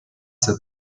said